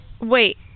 Wait